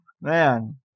Man